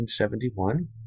1971